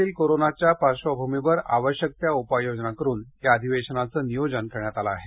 राज्यातील कोरोनाच्या पार्श्वभूमीवर आवश्यक त्या उपाययोजना करून या अधिवेशनाचं नियोजन करण्यात आलं आहे